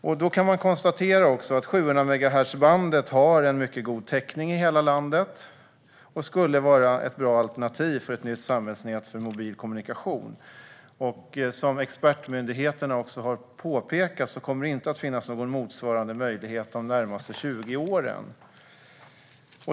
Man kan konstatera att 700-megahertzbandet har en mycket god täckning i hela landet och skulle vara ett bra alternativ för ett nytt samhällsnät för mobil kommunikation. Som expertmyndigheten har påpekat kommer det inte att finnas någon motsvarande möjlighet de närmaste 20 åren.